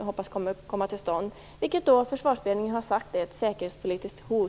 hoppas skall komma till stånd, är en naturlig del. Det är ju något som t.ex. Försvarsberedningen har sagt är ett säkerhetspolitiskt hot.